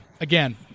again